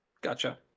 Gotcha